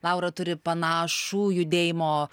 laura turi panašų judėjimo